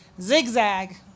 zigzag